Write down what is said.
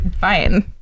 fine